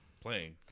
playing